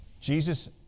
Jesus